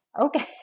Okay